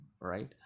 right